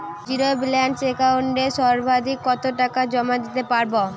Zero balance একাউন্টে সর্বাধিক কত টাকা জমা দিতে পারব?